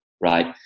right